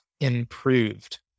improved